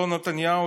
אותו נתניהו,